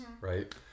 right